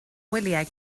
wyliau